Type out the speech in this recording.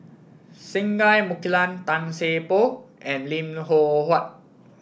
Singai Mukilan Tan Seng Poh and Lim Loh Huat